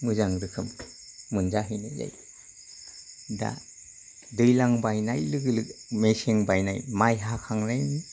मोजां रोखोम मोनजाहैनाय जायो दा दैज्लां बायनाय लोगो लोगो मेसें बायनाय माइ हाखांनानै